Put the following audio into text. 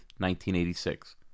1986